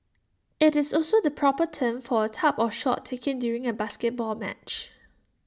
IT is also the proper term for A type of shot taken during A basketball match